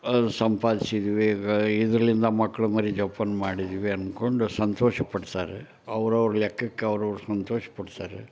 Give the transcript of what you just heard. ಅದು ಸಂಪಾದಿಸಿದ್ವಿ ಇದ್ರಿಂದ ಮಕ್ಕಳು ಮರಿ ಜೋಪಾನ ಮಾಡಿದ್ವಿ ಅಂದ್ಕೊಂಡು ಸಂತೋಷಪಡ್ತಾರೆ ಅವ್ರವ್ರ ಲೆಕ್ಕಕ್ಕೆ ಅವ್ರವ್ರು ಸಂತೋಷಪಡ್ತಾರೆ